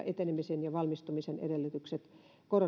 etenemisen ja valmistumisen edellytykset